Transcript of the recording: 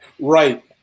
Right